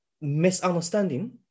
misunderstanding